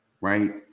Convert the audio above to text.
right